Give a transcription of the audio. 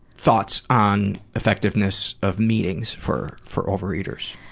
thoughts on effectiveness of meetings for for overeaters.